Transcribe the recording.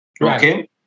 Okay